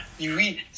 Oui